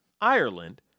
Ireland